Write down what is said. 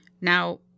Now